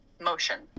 motion